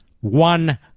one